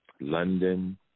London